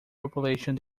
population